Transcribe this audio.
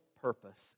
Purpose